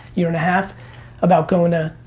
year and a half about going to.